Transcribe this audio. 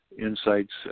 insights